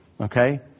Okay